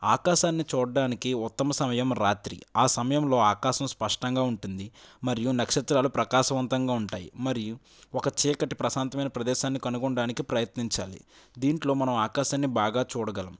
ఆకాశాన్ని చూడ్డానికి ఉత్తమ సమయం రాత్రి ఆ సమయంలో ఆకాశం స్పష్టంగా ఉంటుంది మరియు నక్షత్రాలు ప్రకాశవంతంగా ఉంటాయి మరియు ఒక చీకటి ప్రశాంతమైన ప్రదేశాన్ని కనుగొనడానికి ప్రయత్నించాలి దీంట్లో మనం ఆకాశాన్ని బాగా చూడగలం